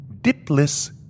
Dipless